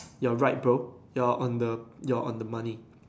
you are right bro you are on the you are on the money